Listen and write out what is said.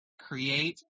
Create